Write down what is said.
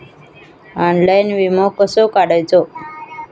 Online विमो कसो काढायचो?